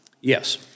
Yes